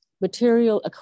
material